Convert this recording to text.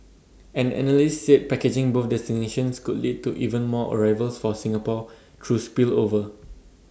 an analyst said packaging both destinations could lead to even more arrivals for Singapore through spillover